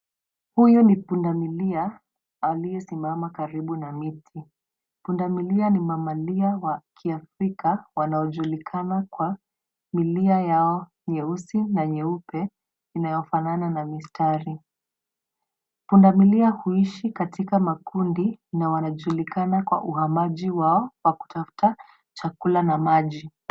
Huyu ni punda milia aliyesimama karibu na miti, pundamilia ni mamalia wa kiafrika wanaojulikana kwa milia yao nyeusi na nyeupe, inayofanana na mistari. Punda milia huishi katika makundi na wanajulikana kwa uhamaji wao wa kutafuta chakula na maji.